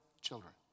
Children